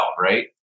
right